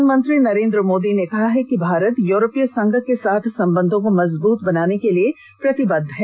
प्रधानमंत्री नरेंद्र मोदी ने कहा है कि भारत यूरोपीय संघ के साथ संबंधों को मजबूत बनाने के लिए प्रतिबद्ध है